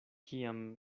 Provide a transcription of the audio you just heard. kiam